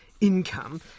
income